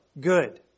good